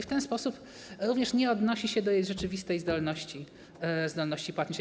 W ten sposób również nie odnosi się do jej rzeczywistej zdolności płatniczej.